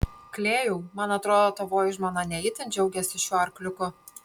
klėjau man atrodo tavoji žmona ne itin džiaugiasi šiuo arkliuku